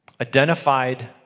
identified